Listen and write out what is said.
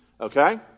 okay